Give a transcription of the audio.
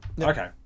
okay